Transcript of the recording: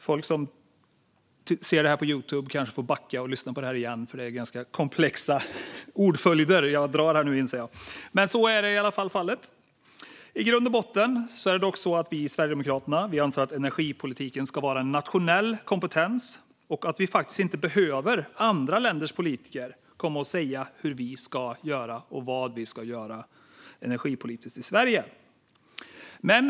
Folk som ser det här på Youtube får kanske backa och lyssna igen, för det är ganska komplexa ordföljder, inser jag. I grund och botten anser Sverigedemokraterna dock att energipolitiken ska vara en nationell kompetens. Andra länders politiker behöver inte komma och säga vad och hur vi ska göra i Sverige när det gäller energipolitiken.